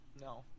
No